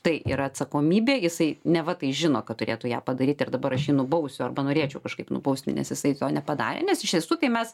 tai yra atsakomybė jisai neva tai žino kad turėtų ją padaryti ir dabar aį jį buvusio arba norėčiau kažkaip nubausti nes jisai to nepadarė nes iš tiesų tai mes